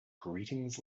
greetings